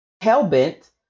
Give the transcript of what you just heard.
hell-bent